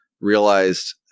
realized